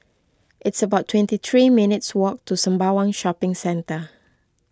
it's about twenty three minutes' walk to Sembawang Shopping Centre